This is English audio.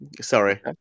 Sorry